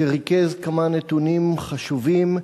שריכז כמה נתונים חשובים,